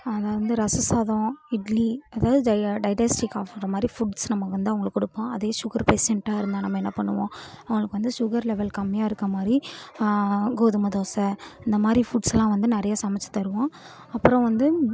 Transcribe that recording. ஆனால் வந்து ரசம் சாதம் இட்லி அதாவது ஜை டைடஸ்ட்டிக் ஆகிற மாதிரி ஃபுட்ஸ் நம்ம வந்து அவங்களுக்கு கொடுப்போம் அதே ஷுகர் ஃபேஷண்ட்டாக இருந்தால் நம்ம என்ன பண்ணுவோம் அவங்களுக்கு வந்து ஷுகர் லெவல் கம்மியாக இருக்க மாதிரி கோதுமை தோசை இந்த மாதிரி ஃபுட்ஸ் எல்லாம் வந்து நிறையா சமைச்சு தருவோம் அப்பறம் வந்து